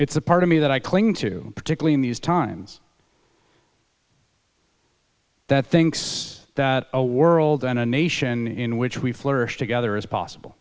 it's a part of me that i cling to particularly in these times that thinks that a world and a nation in which we flourish together is possible